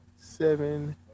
seven